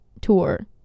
tour